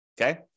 Okay